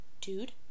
Dude